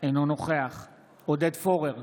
אינו נוכח עודד פורר,